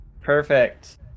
Perfect